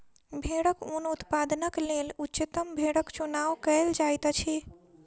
भेड़क ऊन उत्पादनक लेल उच्चतम भेड़क चुनाव कयल जाइत अछि